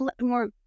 more